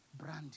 Brandy